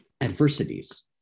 adversities